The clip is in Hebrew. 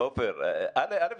לא.